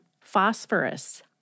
phosphorus